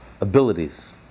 abilities